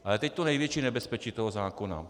Ale teď to největší nebezpečí zákona.